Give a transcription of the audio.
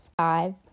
Five